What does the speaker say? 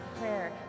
prayer